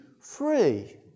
free